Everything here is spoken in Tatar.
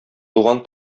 туган